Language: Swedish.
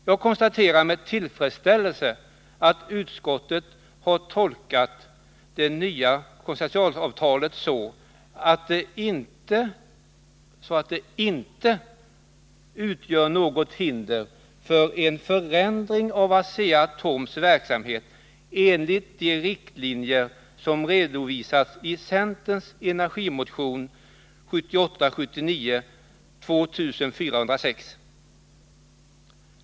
Jag konstaterar med tillfredsställelse att utskottet har tolkat det nya konsortialavtalet så, att det inte utgör något hinder för en förändring av Asea-Atoms verksamhet enligt de riktlinjer som redovisats i centerns energimotion 1978/79:2406.